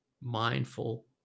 mindful